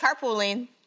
carpooling